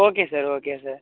okay sir okay sir